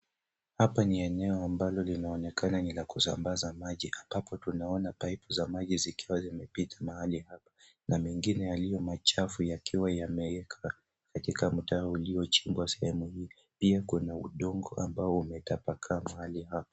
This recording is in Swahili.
Hapa ni eneo ambalo linaonekana ni la kusambaza maji. Hapo tunaona paipu za maji zikiwa zimepita mahali hapa na maengine yaliyo machafu yakiwa yamewekwa katika mtaro uliochimbwa sehemu hili. Pia kuna udongo ambao umetapakaa mahali hapa.